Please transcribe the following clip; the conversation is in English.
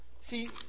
See